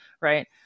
Right